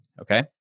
Okay